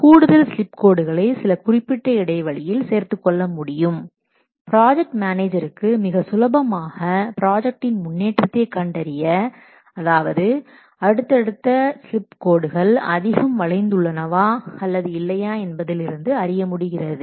எனவே கூடுதல் ஸ்லிப் கோடுகளை சில குறிப்பிட்ட இடைவெளியில் சேர்த்துக் கொள்ள முடியும் ப்ராஜெக்ட் மேனேஜருக்கு மிக சுலபமாக ப்ராஜெக்ட்டின் முன்னேற்றத்தை கண்டறிய அதாவது அடுத்தடுத்த ஸ்லிப் கோடுகள் அதிகம் வளைந்து உள்ளனவா அல்லது இல்லையா என்பதில் இருந்து அறிய உதவுகிறது